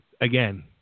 again